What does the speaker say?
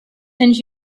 and